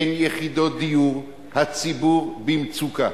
אין יחידות דיור, הציבור במצוקה,